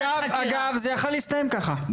אגב, זה יכול היה להסתיים ככה.